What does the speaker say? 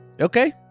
Okay